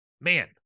man